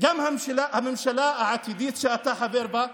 גם הממשלה העתידית, שאתה חבר בה,